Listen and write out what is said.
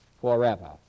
forever